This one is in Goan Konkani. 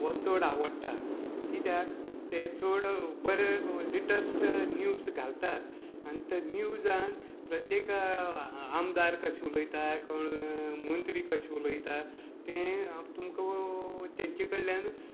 हो चड आवडटा कित्याक ते चड बरें लेटस्ट न्यूज घालतात आनी ते न्युजान प्रत्येक आमदार कशे उलयताय कोण मंत्री कशे उलयता तें तुमकां तेंचे कडल्यान